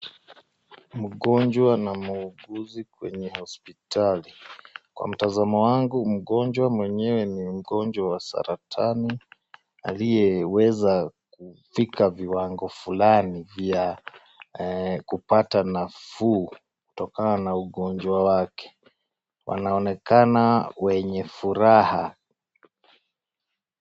Mgonjwa na muuguzi kwenye hospitali. Kwa mtazamo wangu, mgonjwa mwenyewe ni mgonjwa wa saratani aliyeweza kufika viwango fulani vya kupata nafuu kutokana na ugonjwa wake. Wanaonekana wenye furaha.